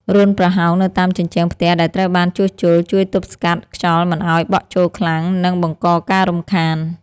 រន្ធប្រហោងនៅតាមជញ្ជាំងផ្ទះដែលត្រូវបានជួសជុលជួយទប់ស្កាត់ខ្យល់មិនឱ្យបក់ចូលខ្លាំង និង បង្កការរំខាន។